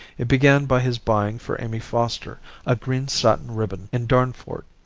it began by his buying for amy foster a green satin ribbon in darnford.